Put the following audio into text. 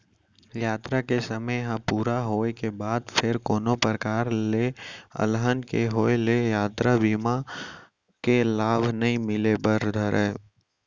यातरा के समे ह पूरा होय के बाद फेर कोनो परकार ले अलहन के होय ले यातरा बीमा के लाभ नइ मिले बर धरय